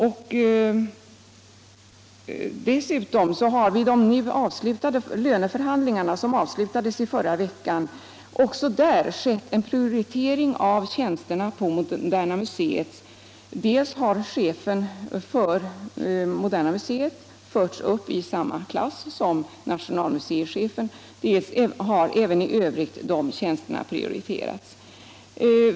Vid de löneförhandlingar som avslutades förra veckan prioriterades också tjänsterna vid moderna muscet. Dels fördes chefen för moderna muscet upp i samma löneklass som nationalmuseets chef, dels har även övriga tjänster vid moderna museet prioriterats.